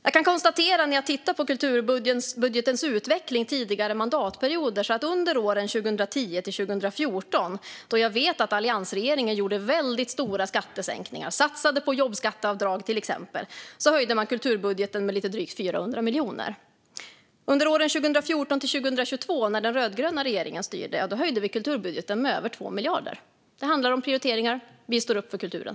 Jag kan konstatera när jag tittar på kulturbudgetens utveckling under tidigare mandatperioder att under åren 2010-2014, då jag vet att Alliansregeringen gjorde väldigt stora skattesänkningar och satsade på till exempel jobbskatteavdrag, höjde man kulturbudgeten med lite drygt 400 miljoner. Under åren 2014-2022, när den rödgröna regeringen styrde, höjde vi kulturbudgeten med över 2 miljarder. Det handlar om prioriteringar. Vi står upp för kulturen.